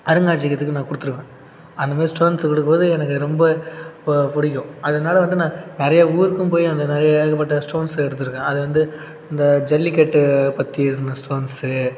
அருங்காட்சியகத்துக்கு நான் கொடுத்துருவேன் அந்த மாரி ஸ்டோன்ஸை கொடுக்கும்போது எனக்கு ரொம்ப பிடிக்கும் அதனாலே வந்து நான் நிறைய ஊருக்கும் போய் அந்த நிறைய ஏகப்பட்ட ஸ்டோன்ஸை எடுத்துருக்கேன் அது வந்து இந்த ஜல்லிக்கட்டை பற்றி இருந்த ஸ்டோன்ஸு